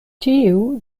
tiu